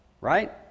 right